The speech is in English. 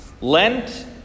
Lent